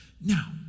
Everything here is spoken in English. Now